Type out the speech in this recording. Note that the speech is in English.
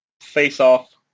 face-off